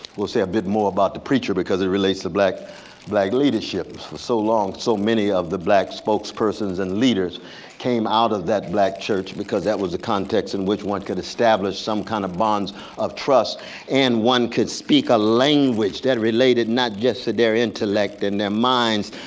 we'll say a bit more about the preacher because it relates to black black leadership. for so long so many of the black spokespersons and leaders came out of that black church, because that was the context in which one could establish some kind of bonds of trust and one could speak a language that related not just to their intellect and their minds,